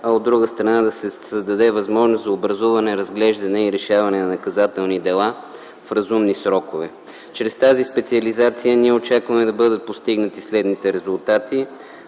а от друга страна да се създаде възможност за образуване, разглеждане и решаване на наказателни дела в разумни срокове. Чрез тази специализация ние очакваме да бъдат постигнати следните резултати: